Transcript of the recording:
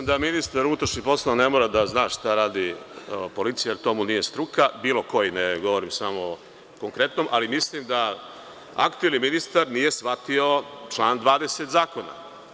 Rekao sam da ministar unutrašnjih poslova ne mora da zna šta radi policija, jer to mu nije struka, bilo koji, ne govorim o konkretnom, ali mislim da aktuelni ministar nije shvatio član 20. zakona.